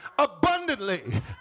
abundantly